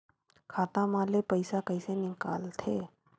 खाता मा ले पईसा कइसे निकल थे?